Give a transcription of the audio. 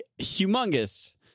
humongous